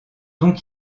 donc